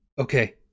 Okay